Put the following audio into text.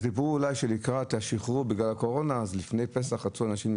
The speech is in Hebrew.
אמרו שזה כך מאחר שאחרי הקורונה ולפני פסח אנשים רצו